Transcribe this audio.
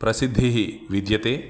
प्रसिद्धिः विद्यते